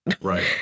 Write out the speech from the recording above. right